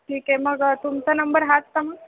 ठीक आहे मग तुमचा नंबर हाच का मग